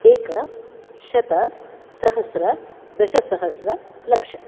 एकं शतं सहस्रं दशसहस्रं लक्षम्